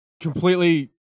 completely